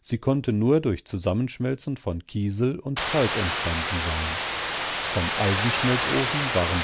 sie konnte nur durch zusammenschmelzen von kiesel und kalk entstanden sein vom eisenschmelzofen waren